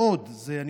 זה מוקד גדול מאוד,